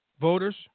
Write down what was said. voters